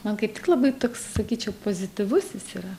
man kaip tik labai toks sakyčiau pozityvusis jis yra